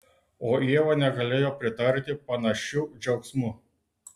o ieva negalėjo pritarti panašiu džiaugsmu